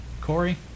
Corey